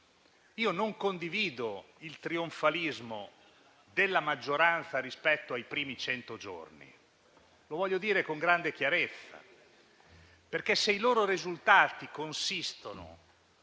Non condivido il trionfalismo della maggioranza rispetto ai primi cento giorni; lo voglio dire con grande chiarezza, perché se i loro risultati consistono